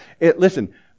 Listen